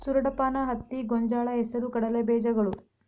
ಸೂರಡಪಾನ, ಹತ್ತಿ, ಗೊಂಜಾಳ, ಹೆಸರು ಕಡಲೆ ಬೇಜಗಳು